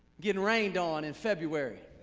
getting rained on in february,